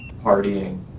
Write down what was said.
partying